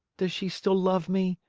does she still love me?